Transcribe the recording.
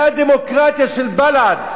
זה הדמוקרטיה של בל"ד.